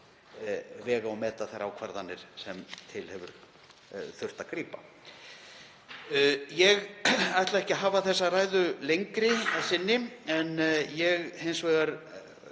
vega og meta þær ákvarðanir sem þurft hefur að grípa til. Ég ætla ekki að hafa þessa ræðu lengri að sinni en ég er hins vegar